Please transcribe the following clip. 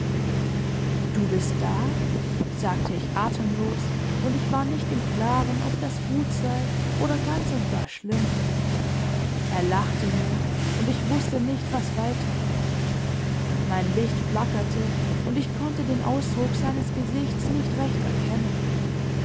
du bist da sagte ich atemlos und ich war nicht im klaren ob das gut sei oder ganz und gar schlimm er lachte nur und ich wußte nicht was weiter mein licht flackerte und ich konnte den ausdruck seines gesichts nicht recht erkennen